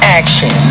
action